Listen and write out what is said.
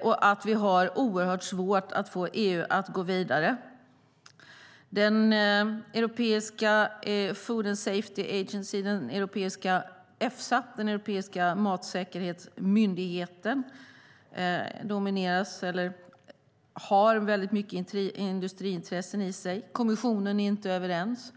och att vi har oerhört svårt att få EU att gå vidare. European Food Safety Authority, Efsa, den europeiska matsäkerhetsmyndigheten, har väldigt mycket industriintressen i sig. I kommissionen är man inte överens.